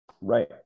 Right